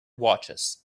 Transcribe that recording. watches